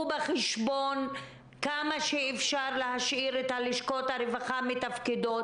בחשבון כמה שאפשר להשאיר את לשכות הרווחה מתפקדות,